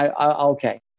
okay